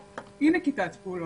או אי-נקיטת פעולות,